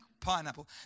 pineapple